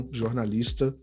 jornalista